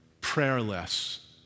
prayerless